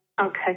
Okay